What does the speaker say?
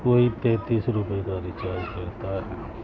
کوئی تینتیس روپئے کا ریچارج رہتا ہے